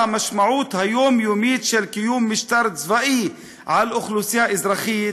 המשמעות היומיומית של קיום משטר צבאי על אוכלוסייה אזרחית,